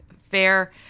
fair